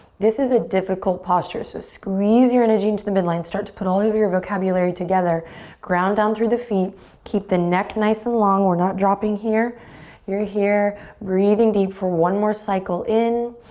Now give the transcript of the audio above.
this is a difficult posture so squeeze your energy into the midline start to put all of your vocabulary together ground down through the feet keep the neck nice and long. we're not dropping here you're here breathing deep for one more cycle in